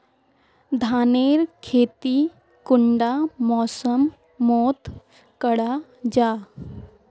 धानेर खेती कुंडा मौसम मोत करा जा?